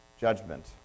judgment